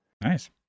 nice